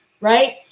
Right